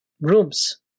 rooms